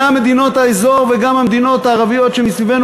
אבל גם מדינות האזור וגם המדינות הערביות שמסביבנו